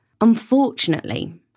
Unfortunately